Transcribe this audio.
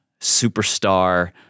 superstar